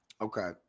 okay